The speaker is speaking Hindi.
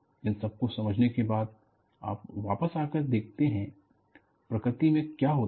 इन सब को समझने के बाद आप वापस आकर देखते हैं प्रकृति में क्या होता है